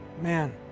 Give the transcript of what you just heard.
Man